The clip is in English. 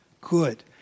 Good